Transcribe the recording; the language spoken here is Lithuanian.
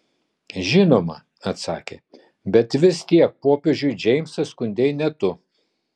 žinoma atsakė bet vis tiek popiežiui džeimsą skundei ne tu